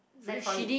freaking funny